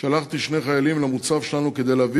שלחתי שני חיילים למוצב שלנו כדי להביא